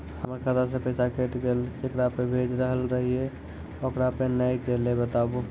हमर खाता से पैसा कैट गेल जेकरा पे भेज रहल रहियै ओकरा पे नैय गेलै बताबू?